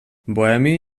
bohemi